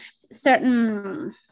certain